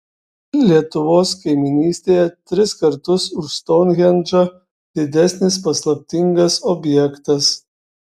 lietuvos kaimynystėje tris kartus už stounhendžą didesnis paslaptingas objektas